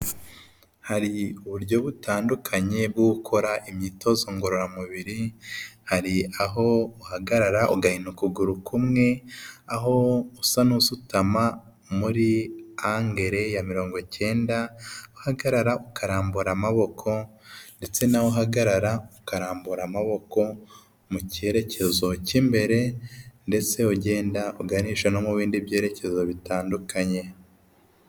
Hari uburyo butandukanye bwo gukora imyitozo ngororamubiri, hari aho uhagarara ugahina ukuguru kumwe, aho usa n'usutama muri angire ya mirongo icyenda, aho uhagarara ukarambura amaboko ndetse n'aho uhagarara ukarambura amaboko mu cyerekezo cy'imbere, ndetse ugenda uganisha no mu bindi byerekezo bitandukanye.